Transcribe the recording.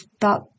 thought